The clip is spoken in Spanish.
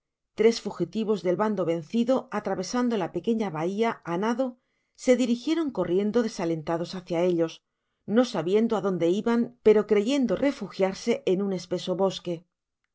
tres fugitivos del bando vencido atravesando la pequeña bahía á nado se dirigieron corriendo desalentados hácia ellos no sabiendo adtnde iban pero creyendo refugiarse en un espeso bosque el